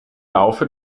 laufe